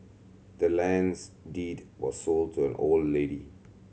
the land's deed was sold to old lady